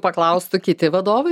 paklaustų kiti vadovai